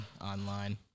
online